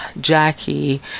Jackie